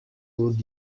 would